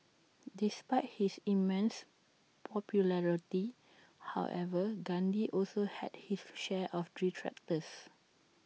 despite his immense popularity however Gandhi also had his share of detractors